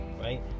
Right